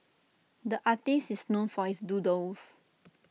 the artist is known for his doodles